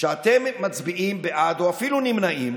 שאתם מצביעים בעד או אפילו נמנעים